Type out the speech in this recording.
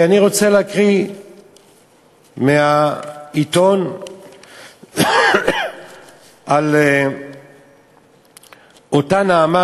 אני רוצה להקריא מהעיתון על אותה נעמה,